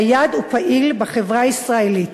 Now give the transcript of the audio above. נייד ופעיל בחברה הישראלית,